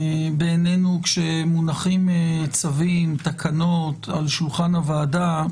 בעינינו, כשמונחים צווים, תקנות על שולחן הוועדה,